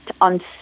on